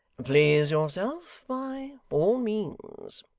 please yourself by all means